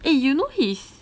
eh you know he's